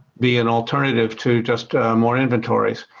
be an alternative to just more inventories.